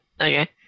Okay